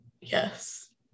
yes